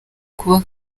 kuba